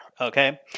okay